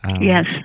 Yes